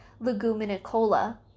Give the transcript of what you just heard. leguminicola